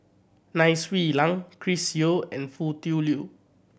Nai Swee Leng Chris Yeo and Foo Tui Liew